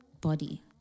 body